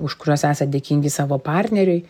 už kuriuos esat dėkingi savo partneriui